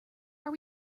are